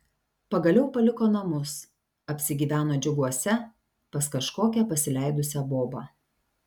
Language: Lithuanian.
pagaliau paliko namus apsigyveno džiuguose pas kažkokią pasileidusią bobą